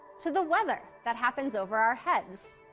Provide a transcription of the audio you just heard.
to the weather that happens over our heads.